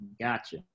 Gotcha